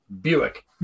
Buick